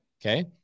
Okay